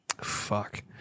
Fuck